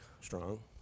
strong